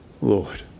Lord